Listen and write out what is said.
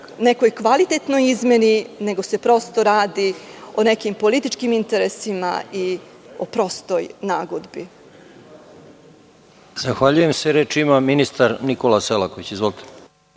nekoj kvalitetnoj izmeni, nego se radi o nekim političkim interesima i prostoj nagodbi. **Žarko Korać** Zahvaljujem se. Reč ima ministar Nikola Selaković. Izvolite.